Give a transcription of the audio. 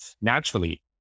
naturally